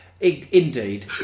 Indeed